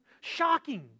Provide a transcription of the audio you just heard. Shocking